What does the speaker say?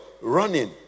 running